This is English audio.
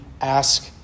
ask